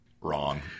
Wrong